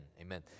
amen